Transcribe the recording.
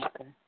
okay